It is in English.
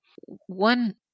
One